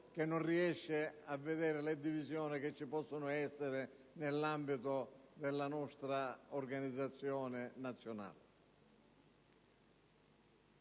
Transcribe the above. e non riesce a vedere le divisioni che ci possono essere nell'ambito della nostra organizzazione nazionale.